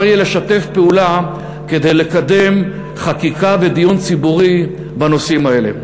יהיה לשתף פעולה כדי לקיים חקיקה ודיון ציבורי בנושאים האלה.